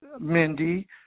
Mindy